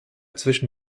zwischen